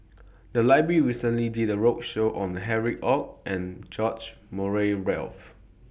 The Library recently did A roadshow on Harry ORD and George Murray Reith